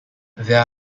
there